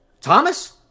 Thomas